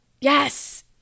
Yes